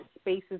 spaces